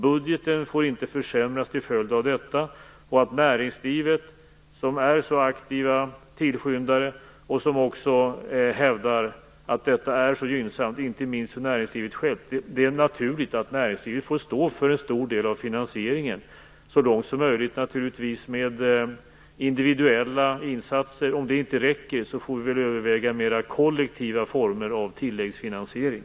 Budgeten får inte försämras till följd av detta. Det är också naturligt att näringslivet, som är så aktiva tillskyndare och som hävdar att detta är så gynnsamt - inte minst för dem själva - får stå för en stor del av finansieringen. Så långt som möjligt bör detta naturligtvis ske med individuella insatser. Om det inte räcker, får vi väl överväga mer kollektiva former av tilläggsfinansiering.